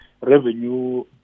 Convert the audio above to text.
revenue